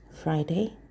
Friday